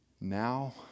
now